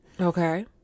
Okay